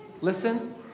listen